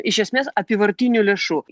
iš esmės apyvartinių lėšų